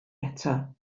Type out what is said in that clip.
eto